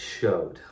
showed